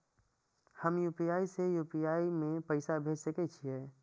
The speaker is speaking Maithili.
हम यू.पी.आई से यू.पी.आई में पैसा भेज सके छिये?